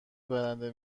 برنده